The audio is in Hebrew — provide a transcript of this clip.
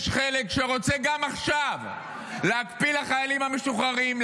יש חלק שרוצה גם עכשיו להקפיא לחיילים המשוחררים,